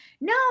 no